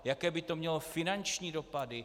Jaké by to mělo finanční dopady?